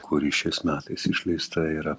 kuri šiais metais išleista yra